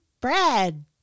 bread